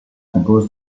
compose